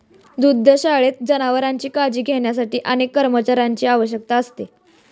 दुग्धशाळेत जनावरांची काळजी घेण्यासाठी अनेक कर्मचाऱ्यांची आवश्यकता असते